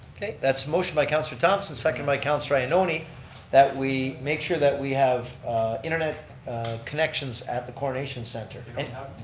okay, that's a motion by councilor thomson, seconded by councilor ioannoni that we make sure that we have internet connections at the coronation center. we